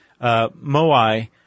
moai